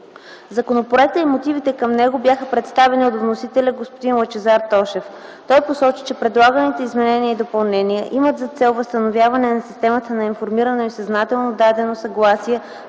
Законопроектът и мотивите към него бяха представени от вносителя господин Лъчезар Тошев. Той посочи, че предлаганите изменения и допълнения имат за цел възстановяване на системата на информирано и съзнателно дадено съгласие